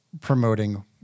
promoting